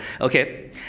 Okay